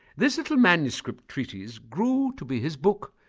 this little manuscript treatise grew to be his book,